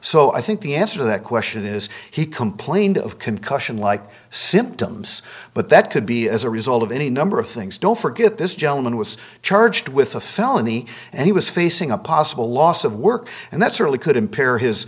so i think the answer that question is he complained of concussion like symptoms but that could be as a result of any number of things don't forget this gentleman was charged with a felony and he was facing a possible loss of work and that certainly could impair his